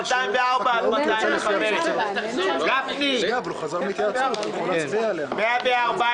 204 205. גפני,